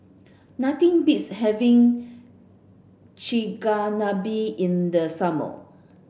nothing beats having Chigenabe in the summer